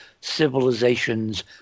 civilizations